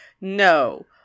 no